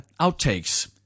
Outtakes